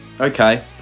Okay